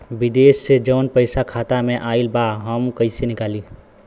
विदेश से जवन पैसा खाता में आईल बा हम कईसे निकाली?